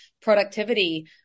productivity